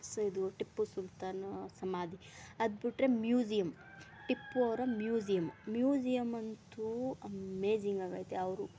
so ಇದು ಟಿಪ್ಪು ಸುಲ್ತಾನ್ ಸಮಾಧಿ ಅದ್ಬಿಟ್ರೆ ಮ್ಯೂಝಿಯಮ್ ಟಿಪ್ಪು ಅವರ ಮ್ಯೂಝಿಯಮ್ ಮ್ಯೂಝಿಯಮ್ ಅಂತೂ ಅಮೇಝಿಂಗ್ ಆಗಿದೆ ಅವರು